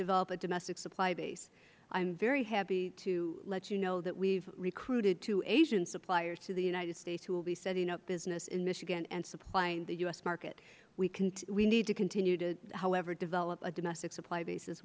develop a domestic supply base i am very happy to let you know that we have recruited two asian suppliers to the united states who will be setting up business in michigan and supplying the u s market we need to continue to develop a domestic supply base